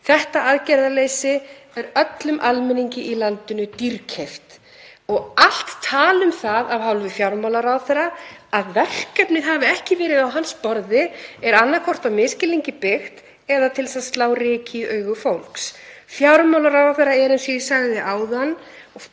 Þetta aðgerðaleysi er öllum almenningi í landinu dýrkeypt og allt tal um það af hálfu fjármálaráðherra að verkefnið hafi ekki verið á hans borði er annaðhvort á misskilningi byggt eða til að slá ryki í augu fólks. Fjármálaráðherra er, eins og ég sagði áðan, æðsti